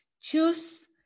choose